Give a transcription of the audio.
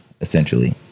essentially